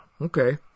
Okay